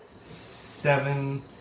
seven